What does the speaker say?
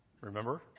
Remember